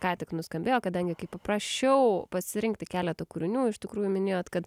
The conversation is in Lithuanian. ką tik nuskambėjo kadangi kai paprašiau pasirinkti keletą kūrinių iš tikrųjų minėjot kad